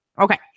Okay